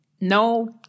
no